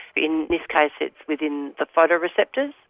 in this case it's within the photo receptors.